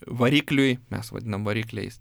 varikliui mes vadinam varikliais